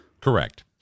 Correct